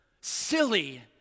silly